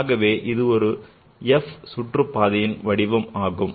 ஆகவே இது ஒரு f சுற்றுப்பாதையின் வடிவம் ஆகும்